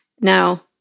Now